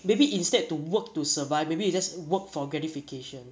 maybe instead to work to survive maybe you just work for gratification